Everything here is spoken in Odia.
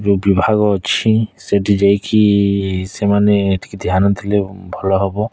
ଯେଉଁ ବିଭାଗ ଅଛି ସେଇଠି ଯାଇ କି ସେମାନେ ଏତିକି ଧ୍ୟାନ ଥିଲେ ଭଲ ହେବ